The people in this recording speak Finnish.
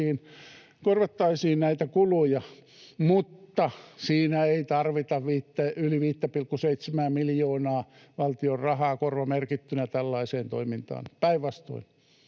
korvattaisiin näitä kuluja — mutta siinä ei tarvita yli 5,7:ää miljoonaa valtion rahaa korvamerkittynä tällaiseen toimintaan, päinvastoin.